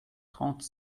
trente